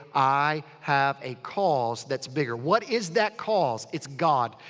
i have a cause that's bigger. what is that cause? it's god.